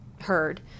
heard